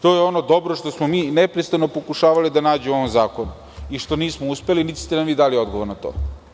To je ono dobro što smo mi neprestano pokušavali da nađemo u ovom zakonu i što nismo uspeli, niti ste nam vi dali odgovor na to.